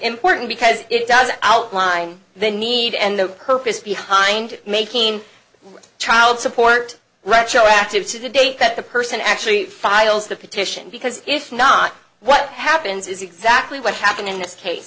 important because it does outline the need and the purpose behind making child support retroactive to the date that the person actually files the petition because it's not what happens is exactly what happened in this case